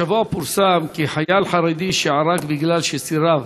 השבוע פורסם כי חייל חרדי שערק מפני שסירב